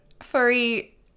Furry